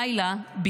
באישון לילה,